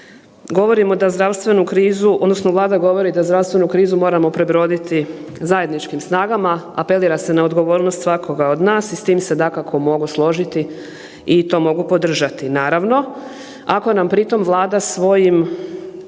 Govorimo da zdravstvenu krizu, odnosno Vlada govori da zdravstvenu krizu moramo prebroditi zajedničkim snagama, apelira se na odgovornost svakoga od nas i s tim se dakako mogu složiti i to mogu podržati. Naravno ako nam pri tom Vlada svojim